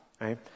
right